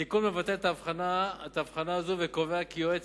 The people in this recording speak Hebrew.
התיקון מבטל את ההבחנה הזאת וקובע כי יועץ